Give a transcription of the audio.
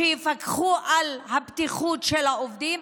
שיפקחו על הבטיחות של העובדים,